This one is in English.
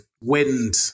Wind